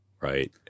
Right